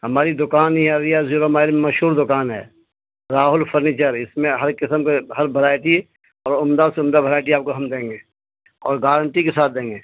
ہماری دکان یہ ا ریا زیر م مشہور دکان ہے راہل فرنیچر اس میں ہر قسم کے ہر ورائٹی اور عمدہ سے عمدہ ورائٹی آپ کو ہم دیں گے اور گارنٹی کے ساتھ دیں گے